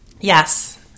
yes